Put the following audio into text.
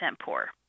poor